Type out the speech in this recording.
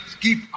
keep